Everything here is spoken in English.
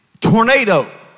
tornado